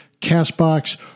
Castbox